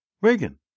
Reagan